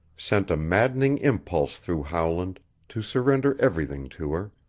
sent a maddening impulse through howland to surrender everything to her.